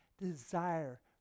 desire